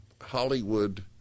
Hollywood